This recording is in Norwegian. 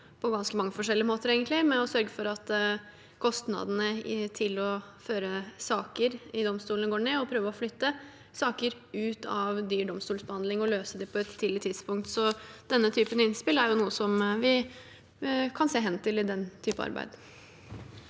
mange forskjellige måter med å sørge for at kostnadene til å føre saker for domstolene går ned, og prøve å flytte saker ut av dyr domstolsbehandling og løse dem på et tidlig tidspunkt. Denne typen innspill er noe vi kan se hen til i den typen arbeid.